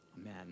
Amen